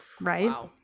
right